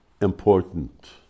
important